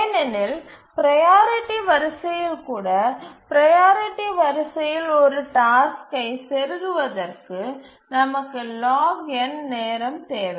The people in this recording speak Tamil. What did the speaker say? ஏனெனில் ப்ரையாரிட்டி வரிசையில் கூட ப்ரையாரிட்டி வரிசையில் ஒரு டாஸ்க்கை ச் செருகுவதற்கு நமக்கு log நேரம் தேவை